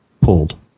pulled